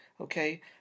okay